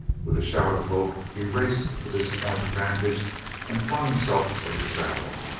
with a shout of hope he raced to this point of vantage and flung himself from the saddle.